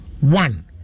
one